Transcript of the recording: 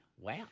Wow